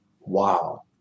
Wow